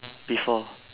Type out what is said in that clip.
before